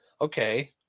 Okay